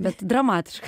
bet dramatiška